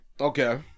Okay